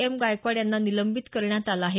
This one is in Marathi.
एम गायकवाड यांना निलंबित करण्यात आलं आहे